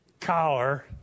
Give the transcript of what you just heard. collar